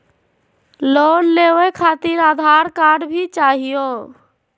Loan लेवे खातिरआधार card भी चाहियो?